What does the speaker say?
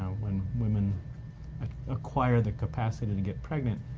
when women acquire the capacity to get pregnant,